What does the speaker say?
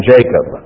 Jacob